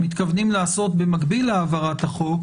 מתכוונים לעשות במקביל להעברת החוק,